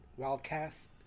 Wildcast